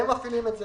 הם מפעילים את זה.